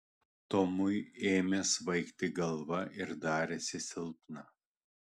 tomui ėmė svaigti galva ir darėsi silpna